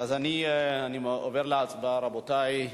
אני עובר להצבעה, רבותי.